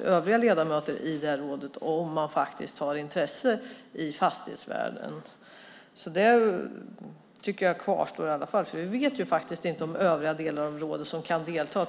övriga ledamöter i rådet har intressen i fastighetsvärlden, så det kvarstår. Vi vet inte hur det är med övriga delar av rådet som kan delta.